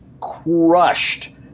crushed